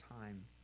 time